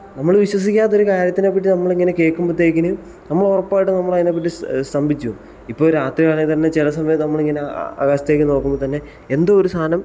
നമ്മൾ വിശ്വസിക്കാത്ത ഒരു കാര്യത്തിനെപ്പറ്റി നമ്മളിങ്ങനെ കേൾക്കുമ്പോഴത്തേക്കിന് നമ്മൾ ഉറപ്പായിട്ടും നമ്മളതിനെപ്പറ്റി സ്തംഭിച്ച് പോകും ഇപ്പോൾ രാത്രികാലങ്ങളിൽ തന്നെ ചില സമയത്തിങ്ങനെ ആകാശത്തേക്ക് നോക്കുമ്പം തന്നെ എന്തോ ഒരു സാധനം